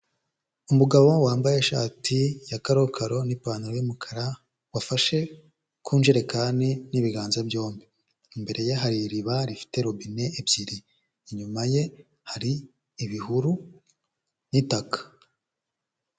Umugabo wambaye ishati ya karokaro n'ipantaro y'umukara wafashe ku njerekani n'ibiganza byombi, imbere ye hari iriba rifite robine ebyiri, inyuma ye hari ibihuru n'itaka.